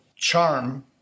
Charm